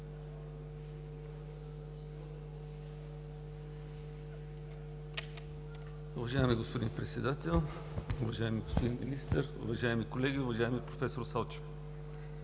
Уважаеми господин Председател, уважаеми господин Министър, уважаеми колеги, уважаеми професор Салчев!